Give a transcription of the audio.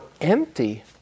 empty